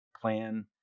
plan